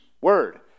word